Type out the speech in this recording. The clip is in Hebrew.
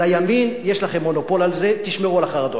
הימין, יש לכם מונופול על זה, תשמרו על החרדות.